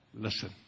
listen